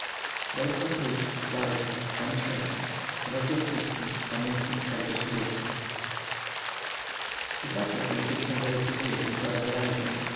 nie zatrzymuj sytuacya polityczna zarysowuje się coraz wyraźniej